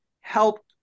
helped